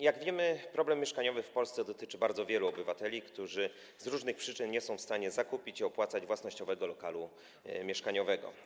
Jak wiemy, problem mieszkaniowy w Polsce dotyczy bardzo wielu obywateli, którzy z różnych przyczyn nie są w stanie zakupić i opłacać własnościowego lokalu mieszkaniowego.